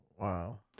Wow